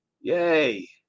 Yay